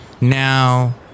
Now